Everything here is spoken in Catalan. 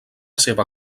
seva